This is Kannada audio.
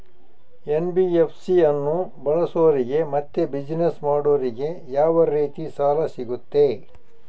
ಎನ್.ಬಿ.ಎಫ್.ಸಿ ಅನ್ನು ಬಳಸೋರಿಗೆ ಮತ್ತೆ ಬಿಸಿನೆಸ್ ಮಾಡೋರಿಗೆ ಯಾವ ರೇತಿ ಸಾಲ ಸಿಗುತ್ತೆ?